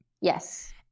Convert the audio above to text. Yes